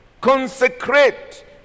Consecrate